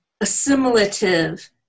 assimilative